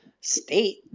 state